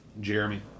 Jeremy